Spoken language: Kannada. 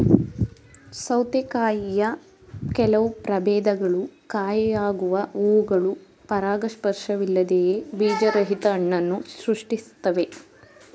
ಸೌತೆಕಾಯಿಯ ಕೆಲವು ಪ್ರಭೇದಗಳು ಕಾಯಾಗುವ ಹೂವುಗಳು ಪರಾಗಸ್ಪರ್ಶವಿಲ್ಲದೆಯೇ ಬೀಜರಹಿತ ಹಣ್ಣನ್ನು ಸೃಷ್ಟಿಸ್ತವೆ